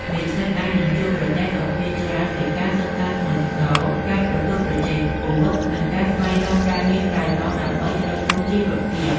និស្សិតអាចនឹងជួបប្រទះសម្ពាធច្រើនពីការសិក្សាធ្ងន់ធ្ងរ ការប្រកួតប្រជែងខ្ពស់ និងការស្វែងរកការងារក្រៅម៉ោងដើម្បីទ្រទ្រង់ជីវភាព។